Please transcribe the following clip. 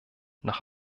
nach